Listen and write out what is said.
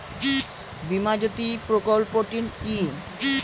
বীমা জ্যোতি প্রকল্পটি কি?